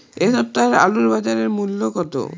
এ সপ্তাহের আলুর বাজার মূল্য কত?